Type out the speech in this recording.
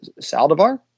Saldivar